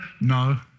No